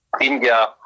India